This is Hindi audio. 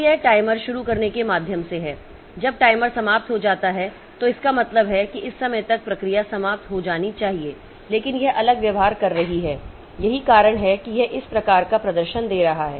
तो यह टाइमर शुरू करने के माध्यम से है जब टाइमर समाप्त हो जाता है तो इसका मतलब है कि इस समय तक प्रक्रिया समाप्त हो जानी चाहिए लेकिन यह अलग व्यव्हार कर रही है यही कारण है कि यह इस प्रकार का प्रदर्शन दे रहा है